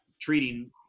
treating